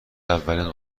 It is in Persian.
اولین